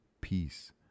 peace